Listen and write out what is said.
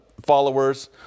followers